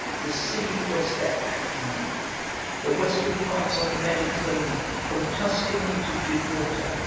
the sea was their patrimony the western parts of the mediterranean, from tuscany to gibraltar,